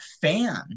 fan